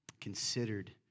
considered